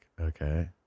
okay